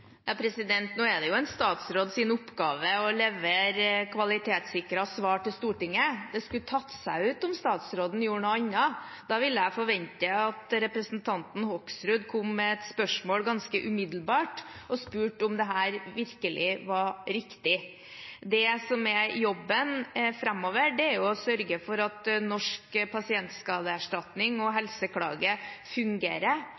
Nå er det en statsråds oppgave å levere kvalitetssikrede svar til Stortinget. Det skulle tatt seg ut om statsråden gjorde noe annet. Da ville jeg forventet at representanten Hoksrud kom med et spørsmål ganske umiddelbart og spurte om dette virkelig var riktig. Det som er jobben framover, er å sørge for at Norsk pasientskadeerstatning og